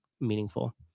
meaningful